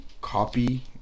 copy